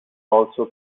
also